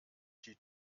die